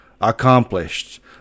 accomplished